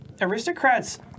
Aristocrats